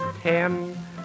ten